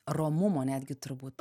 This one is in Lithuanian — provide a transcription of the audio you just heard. romumo netgi turbūt